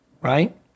Right